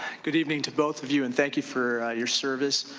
good evening to both of you and thank you for your service.